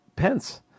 Pence